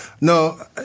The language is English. No